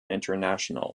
international